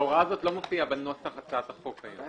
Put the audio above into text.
ההוראה הזאת לא מופיעה בנוסח הצעת החוק היום.